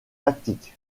tactique